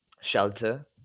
shelter